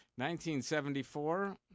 1974